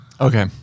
Okay